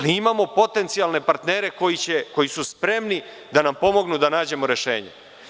Imamo potencijalne partnere koji su spremni da nam pomognu da nađemo rešenje.